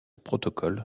protocole